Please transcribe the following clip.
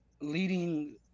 leading